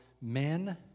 men